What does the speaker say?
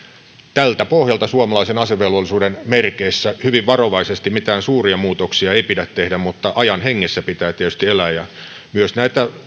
tältä pohjalta edetään suomalaisen asevelvollisuuden merkeissä hyvin varovaisesti mitään suuria muutoksia ei pidä tehdä mutta ajan hengessä pitää tietysti elää myös näitä